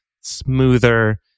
smoother